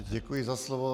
Děkuji za slovo.